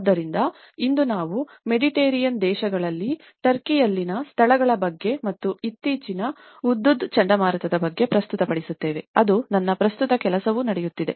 ಆದ್ದರಿಂದ ಇಂದು ನಾವು ಮೆಡಿಟರೇನಿಯನ್ ದೇಶಗಳಲ್ಲಿ ಟರ್ಕಿಯಲ್ಲಿನ ಸ್ಥಳಗಳ ಬಗ್ಗೆ ಮತ್ತು ಇತ್ತೀಚಿನ ಹುದ್ಹುದ್ ಚಂಡಮಾರುತದ ಬಗ್ಗೆ ಪ್ರಸ್ತುತಪಡಿಸುತ್ತೇವೆ ಅದು ನನ್ನ ಪ್ರಸ್ತುತ ಕೆಲಸವೂ ನಡೆಯುತ್ತಿದೆ